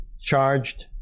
charged